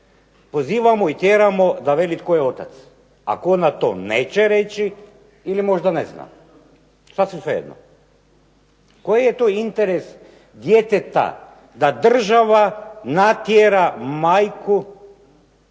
pozivamo i tjeramo da veli tko je otac ako ona to neće reći ili možda ne zna, sasvim svejedno? Koji je to interes djeteta da država natjera majku